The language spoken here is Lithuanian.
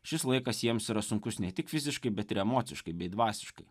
šis laikas jiems yra sunkus ne tik fiziškai bet ir emociškai bei dvasiškai